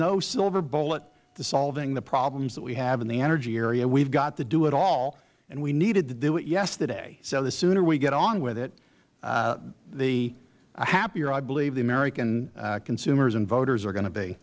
no silver bullet to solving the problems that we have in the energy area we have got to do it all and we needed to do it yesterday so the sooner we get on with it the happier i believe the american consumers and voters are going to be